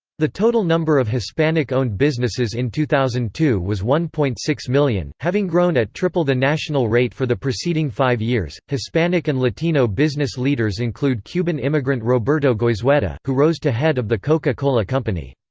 the total number of hispanic-owned businesses in two thousand and two was one point six million, having grown at triple the national rate for the preceding five years hispanic and latino business leaders include cuban immigrant roberto goizueta, who rose to head of the coca-cola company.